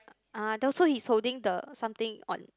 ah the also he's holding the something on